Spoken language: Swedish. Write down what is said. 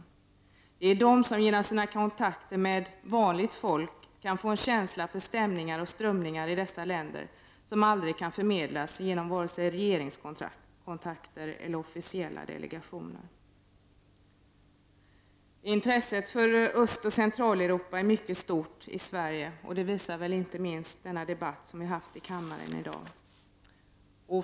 Det är dessa organisationer som genom sina kontakter med vanligt folk kan få en känsla för stämningar och strömningar i dessa länder, som aldrig kan förmedlas vare sig genom regeringskontakter eller via officiella delegationer. Intresset för Östoch Centraleuropa är mycket stort i Sverige — det visar inte minst den debatt vi har haft här i kammaren i dag.